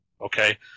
okay